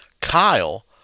Kyle